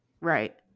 Right